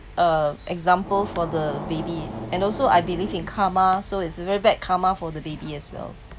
uh example for the baby and also I believe in karma so it's very bad karma for the baby as well